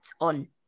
on